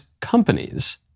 companies